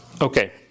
Okay